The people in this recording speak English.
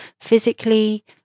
physically